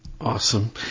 Awesome